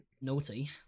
naughty